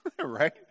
right